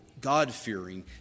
God-fearing